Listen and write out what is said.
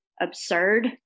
absurd